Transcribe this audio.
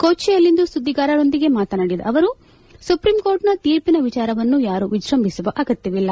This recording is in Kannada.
ಕೊಚ್ಚಿಯಲ್ಲಿಂದು ಸುದ್ದಿಗಾರರೊಂದಿಗೆ ಮಾತನಾಡಿದ ಅವರು ಸುಪ್ರೀಂ ಕೋರ್ಟ್ನ ತೀರ್ಪಿನ ವಿಚಾರವನ್ನು ಯಾರು ವಿಜೃಂಭಿಸುವ ಅಗತ್ಯವಿಲ್ಲ